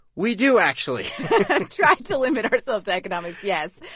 we do actually try to limit ourselves to economics, yes.